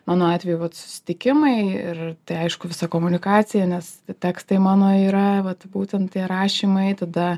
mano atveju vat susitikimai ir aišku visa komunikacija nes tekstai mano yra vat būtent tie rašymai tada